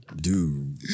Dude